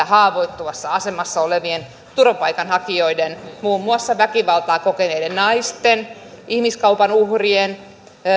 haavoittuvassa asemassa olevien turvapaikanhakijoiden muun muassa väkivaltaa kokeneiden naisten ihmiskaupan uhrien